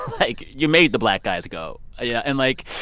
like, you made the black guys go. yeah and, like,